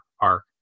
arc